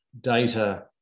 data